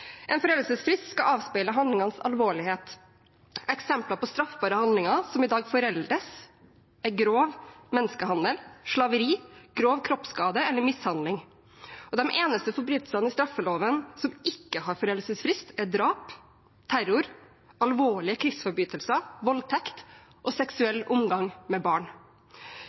En foreldelsesfrist skal avspeile handlingenes alvorlighet. Eksempler på straffbare handlinger som i dag foreldes, er grov menneskehandel, slaveri, grov kroppsskade eller mishandling, og de eneste forbrytelsene i straffeloven som ikke har foreldelsesfrist, er drap, terror, alvorlige krigsforbrytelser, voldtekt og seksuell omgang med barn.